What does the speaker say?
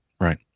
Right